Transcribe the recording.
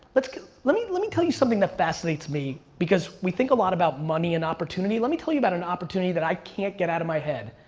let me let me tell you something that fascinates me. because we think a lot about money and opportunity, let me tell you about an opportunity that i can't get out of my head.